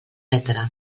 etc